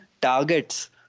targets